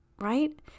Right